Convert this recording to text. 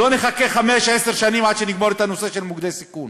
לא נחכה חמש-עשר שנים עד שנגמור את הנושא של מוקדי סיכון.